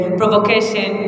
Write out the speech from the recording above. provocation